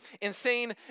insane